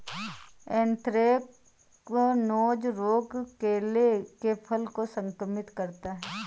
anthracnose रोग केले के फल को संक्रमित करता है